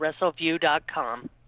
WrestleView.com